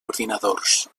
ordinadors